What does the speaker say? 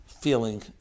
feeling